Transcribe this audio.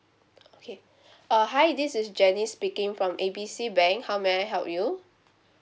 okay uh hi this is janice speaking from A B C bank how may I help you